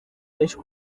benshi